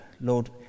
Lord